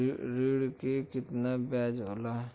ऋण के कितना ब्याज होला?